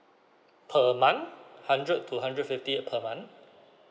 per month hundred to hundred fifty per month